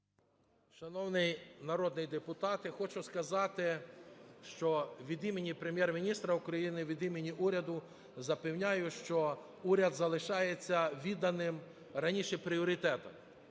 Шановний народний депутате, хочу сказати, що від імені Прем'єр-міністра України, від імені уряду запевняю, що уряд залишається відданим раніше пріоритетам.